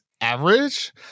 average